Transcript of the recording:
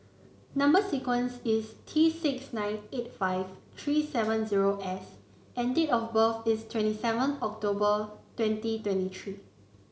number sequence is T six nine eight five three seven S and date of birth is twenty seven October twenty twenty three